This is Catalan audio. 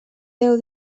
deu